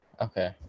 okay